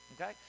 Okay